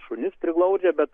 šunis priglaudžia bet